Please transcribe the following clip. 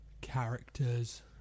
characters